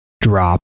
drop